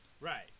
Right